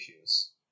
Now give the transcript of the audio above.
issues